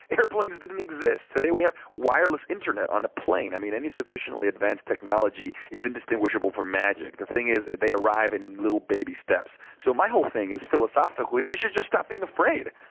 airplanes didn't exist. today we have wireless internet on a plane, and any sufficiently advanced technology is indistinguishable from magic. the thing is, they arrive in little baby steps. so my whole thing is philosophically we should just stop being afraid,